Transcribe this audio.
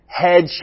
head